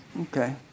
Okay